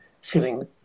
feeling